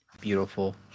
beautiful